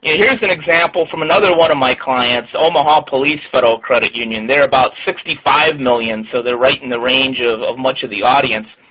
here's an example from another one of my clients, omaha police federal credit union. they are about sixty five million dollars, so they're right in the range of of much of the audience.